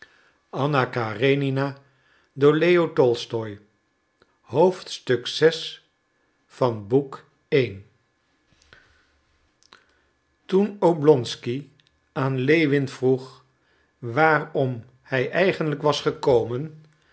toen oblonsky aan lewin vroeg waarom hij eigenlijk was gekomen